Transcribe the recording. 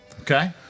Okay